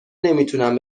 نمیتونم